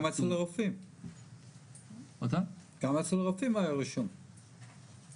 גם אצל הרופאים היה רישום במשרד.